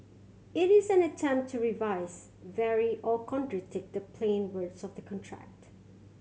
it is an attempt to revise vary or contradict the plain words of the contract